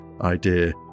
idea